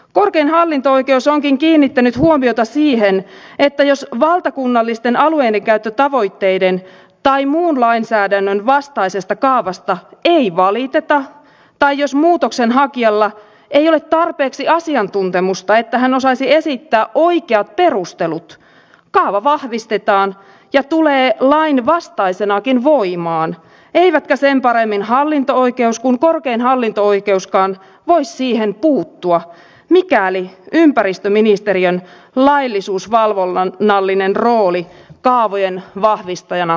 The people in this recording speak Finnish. korkein hallinto oikeus onkin kiinnittänyt huomiota siihen että jos valtakunnallisten alueidenkäyttötavoitteiden tai muun lainsäädännön vastaisesta kaavasta ei valiteta tai jos muutoksenhakijalla ei ole tarpeeksi asiantuntemusta että hän osaisi esittää oikeat perustelut kaava vahvistetaan ja tulee lainvastaisenakin voimaan eivätkä sen paremmin hallinto oikeus kuin korkein hallinto oikeuskaan voi siihen puuttua mikäli ympäristöministeriön laillisuusvalvonnallinen rooli kaavojen vahvistajana poistuisi